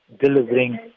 delivering